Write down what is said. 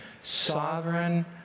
Sovereign